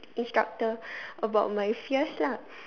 instructor about my fears lah